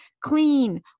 clean